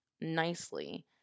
nicely